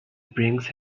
brings